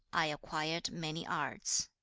i acquired many arts.